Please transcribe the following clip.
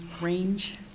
range